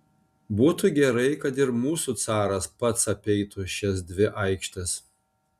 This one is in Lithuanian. būtų gerai kad ir mūsų caras pats apeitų šias dvi aikštes